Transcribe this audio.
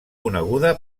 coneguda